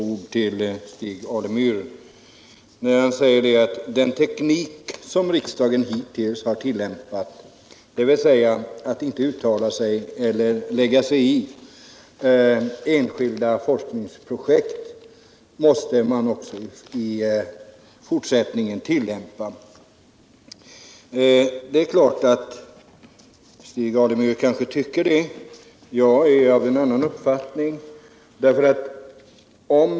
Herr talman! Bara några få ord till Stig Alemyr. Han säger att man också I fortsättningen måste tillämpa den teknik som riksdagen hittills tillämpat — dvs. att inte lägga sig 1 enskilda forskningsprojekt. Jag är av en annan uppfattning.